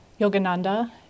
Yogananda